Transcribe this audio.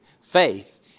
Faith